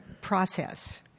process